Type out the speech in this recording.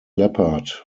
leppard